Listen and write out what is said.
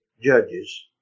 judges